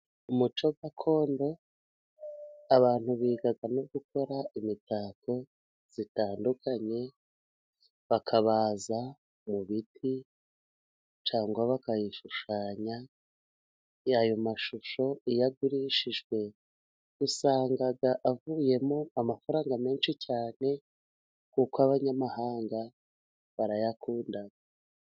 Umuco gakondo abantu biga no gukora imitako itandukanye, bakabaza mu biti cyangwa bakayishushanya ,ayo mashusho iyo agurishijwe usanga avuyemo amafaranga menshi cyane kuko abanyamahanga barayakunda.